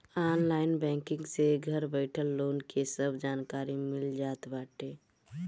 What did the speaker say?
online banking से घर बइठल लोन के सब जानकारी मिल जात बाटे